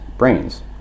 brains